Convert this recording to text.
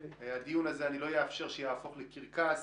אני לא אאפשר שהדיון הזה יהפוך לקרקס.